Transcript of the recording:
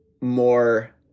more